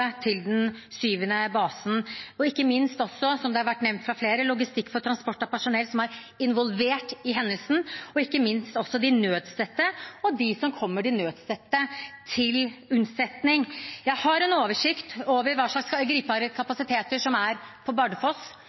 til den syvende basen, og, som flere har nevnt, logistikk for transport av personell som er involvert i hendelsen, og ikke minst de nødstedte, og de som kommer de nødstedte til unnsetning. Jeg har en oversikt over hva slags gripbare kapasiteter som er på Bardufoss